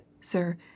sir